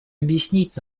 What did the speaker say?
объяснить